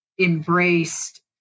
embraced